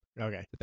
Okay